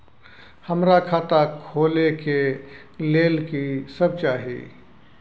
हमरा खाता खोले के लेल की सब चाही?